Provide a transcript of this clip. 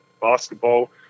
basketball